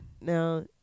Now